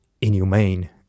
inhumane